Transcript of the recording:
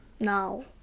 now